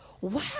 wow